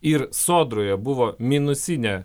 ir sodroje buvo minusinė